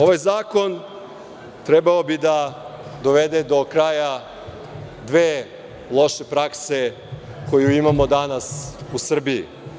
Ovaj zakon trebalo bi da dovede do kraja dve loše prakse koje imamo danas u Srbiji.